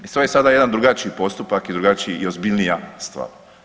I to je sada jedan drugačiji postupak i drugačiji i ozbiljnija stvar.